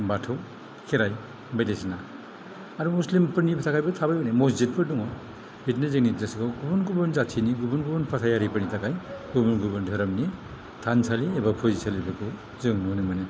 बाथौ खेराइ बायदिसिना आरो मुस्लिमफोरनि थाखायबो थाबाय हनै मसजिदफोर दङ बिदिनो जोंनि दिस्ट्रिकआव गुबुन गुबुन जाथिनि गुबुन गुबुन फोथायारिफोरनि थाखाय गुबुन धोरोमनि थानसालि एबा फुजिसालिफोरखौ जों नुनो मोनो